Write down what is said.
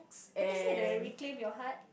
you can say the reclaim your heart